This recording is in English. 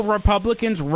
Republicans